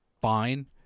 fine